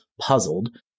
puzzled